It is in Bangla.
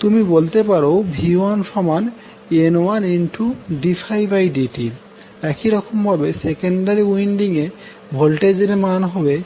তুমি বলতে পারো v1N1ddt একই রকম ভাবে সেকেন্ডারি উইন্ডিং এ ভোল্টেজ এর মান হবে